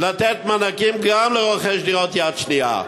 לתת מענקים גם לרוכשי דירות יד שנייה.